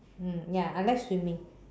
mm ya I like swimming